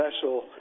special